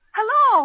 Hello